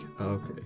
Okay